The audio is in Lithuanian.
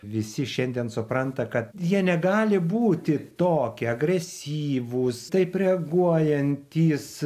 visi šiandien supranta kad jie negali būti tokie agresyvūs taip reaguojantys